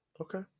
Okay